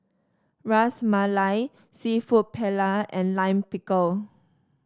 Ras Malai seafood Paella and Lime Pickle